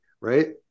right